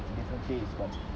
a different case but